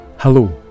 Hello